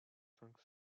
cinq